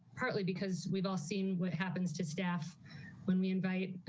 partly because we've all seen what happens to staff when we invite